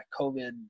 COVID